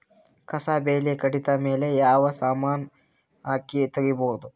ಕಸಾ ಬೇಲಿ ಕಡಿತ ಮೇಲೆ ಯಾವ ಸಮಾನ ಹಾಕಿ ತಗಿಬೊದ?